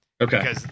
Okay